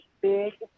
big